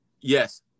Yes